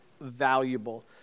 valuable